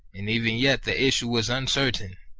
and even yet the issue was uncertain.